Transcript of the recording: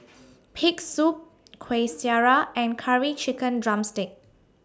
Pig'S Soup Kuih Syara and Curry Chicken Drumstick